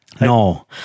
No